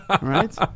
Right